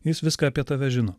jis viską apie tave žino